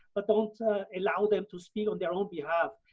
but don't allow them to speak on their own behalf.